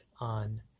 on